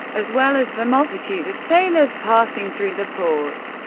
as well as the multitude of sailors passing through the port.